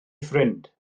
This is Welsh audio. ffrind